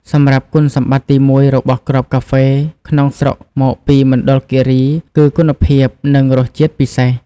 សម្រាប់គុណសម្បត្តិទីមួយរបស់គ្រាប់កាហ្វេក្នុងស្រុកមកពីមណ្ឌលគិរី គឺ គុណភាព និងរសជាតិពិសេស។